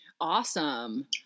Awesome